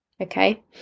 okay